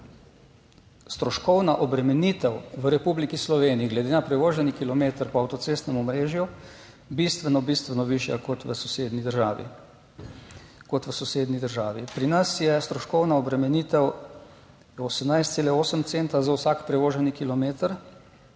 stroškovna obremenitev v Republiki Sloveniji glede na prevoženi kilometer po avtocestnem omrežju bistveno višja kot v sosednji državi, kot v sosednji državi. Pri nas je stroškovna obremenitev 18,8 centa za vsak prevoženi kilometer,